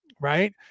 right